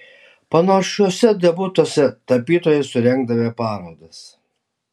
panašiuose debiutuose tapytojai surengdavę parodas